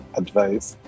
advice